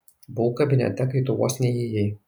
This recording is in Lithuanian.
buvau kabinete kai tu vos neįėjai